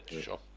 Sure